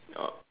oh